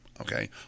Okay